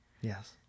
Yes